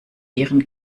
ihren